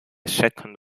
second